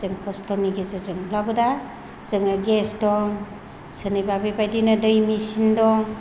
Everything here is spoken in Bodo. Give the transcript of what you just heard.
जों खस्थ'नि गेजेरजोंब्लाबो दा जोङो गेस दं सोरनिबा बेबायदिनो दै मेसिन दं